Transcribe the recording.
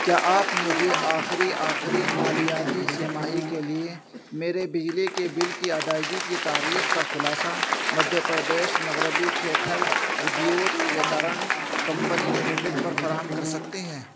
کیا آپ مجھے آخری آخری مالیاتی سہ ماہی کے لیے میرے بجلی کے بل کی ادائیگی کی تاریخ کا خلاصہ مدھیہ پردیش مغربی کیتھر ودیوت وترن کمپنی لمیٹڈ پر فراہم کر سکتے ہیں